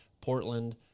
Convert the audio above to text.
Portland